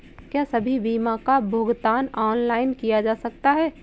क्या सभी बीमा का भुगतान ऑनलाइन किया जा सकता है?